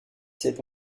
cette